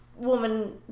woman